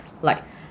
like